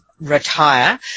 retire